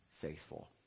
faithful